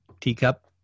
Teacup